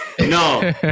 No